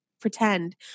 pretend